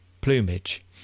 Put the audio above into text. plumage